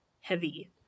heavy